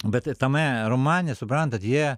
bet tame romane suprantat jie